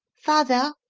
father,